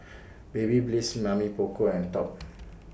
Babyliss Mamy Poko and Top